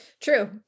True